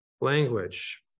language